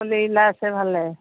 চলিগিলা আছে ভালে